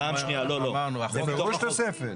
זה בפירוש תוספת.